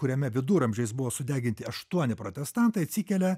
kuriame viduramžiais buvo sudeginti aštuoni protestantai atsikelia